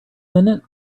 minute